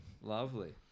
Lovely